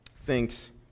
thinks